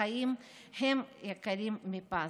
החיים הם יקרים מפז.